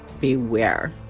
beware